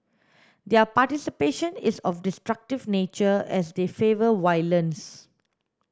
their participation is of destructive nature as they favour violence